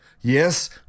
Yes